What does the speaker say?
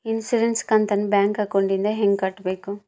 Insurance ಕಂತನ್ನ bank ಅಕೌಂಟಿಂದ ಹೆಂಗ ಕಟ್ಟಬೇಕು?